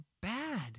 bad